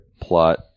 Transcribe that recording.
plot